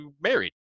married